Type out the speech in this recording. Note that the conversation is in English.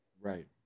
right